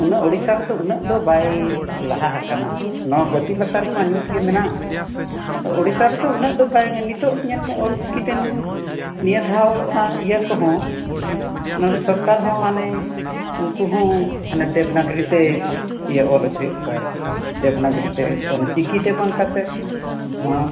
ᱚᱱᱟ ᱳᱰᱤᱥᱟ ᱨᱮᱫᱚ ᱩᱱᱟᱹᱜ ᱫᱚ ᱵᱟᱭ ᱞᱟᱦᱟ ᱟᱠᱟᱱᱟ ᱱᱚᱣᱟ ᱵᱟᱹᱛᱤ ᱞᱟᱛᱟᱨ ᱨᱮᱢᱟ ᱧᱩᱛ ᱜᱮ ᱢᱮᱱᱟᱜ ᱳᱰᱤᱥᱟ ᱨᱮᱫᱚ ᱩᱱᱟᱹᱜ ᱫᱚ ᱵᱟᱝ ᱱᱤᱛᱳᱜ ᱧᱮᱞ ᱢᱮ ᱚᱞ ᱪᱤᱠᱤ ᱛᱮᱢ ᱱᱤᱭᱟᱹ ᱫᱷᱟᱣ ᱚᱱᱟ ᱤᱭᱟᱹ ᱠᱚᱦᱚᱸ ᱱᱚᱰᱮ ᱥᱚᱨᱠᱟᱨ ᱦᱚᱸ ᱦᱟᱱᱮ ᱩᱱᱠᱩ ᱦᱚᱸ ᱦᱟᱱᱮ ᱫᱮᱵᱽᱱᱟᱜᱚᱨᱤ ᱛᱮᱭ ᱤᱭᱟᱹ ᱚᱞ ᱦᱚᱪᱚᱭᱮᱫ ᱠᱚᱣᱟᱭ ᱫᱮᱵᱽᱱᱟᱜᱚᱨᱤ ᱛᱮ ᱚᱱᱮ ᱪᱤᱠᱤᱛᱮ ᱵᱟᱝ ᱠᱟᱛᱮᱫ ᱦᱮᱸ